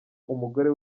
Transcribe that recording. umugore